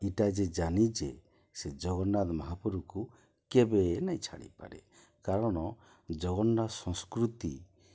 ଇଟା ଯେ ଯାନିଚେ ସେ ଜଗନ୍ନାଥ୍ ମହାପୁରୁକୁ କେବେ ହେଲେ ନାଇଁ ଛାଡ଼ିପାରେ କାରଣ ଜଗନ୍ନାଥ୍ ସଂସ୍କୃତି